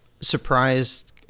surprised